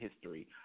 history